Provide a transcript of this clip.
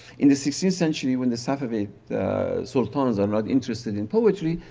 in the sixteenth century when the safavid sultans are not interested in poetry,